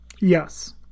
Yes